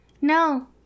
No